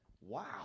Wow